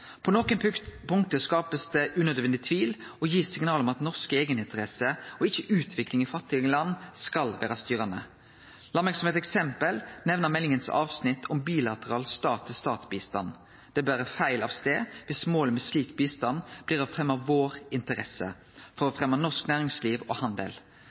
På nokon punkt blir det skapt unødig tvil og gitt signal om at norske eigeninteresser – og ikkje utvikling i fattige land – skal vere styrande. Lat meg som eit eksempel nemne meldingas avsnitt om bilateral stat-til-stat-bistand. Det ber feil av stad viss målet med slik bistand blir å fremje «vår interesse» for å fremje norsk næringsliv og handel.